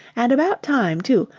and about time, too.